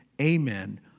Amen